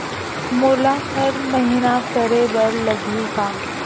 मोला हर महीना करे बर लगही का?